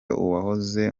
uwahoze